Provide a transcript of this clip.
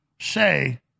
say